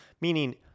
meaning